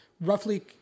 Roughly